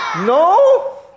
No